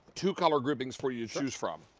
two color groupings for you to choose from.